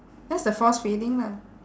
that's the force feeding lah